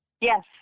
Yes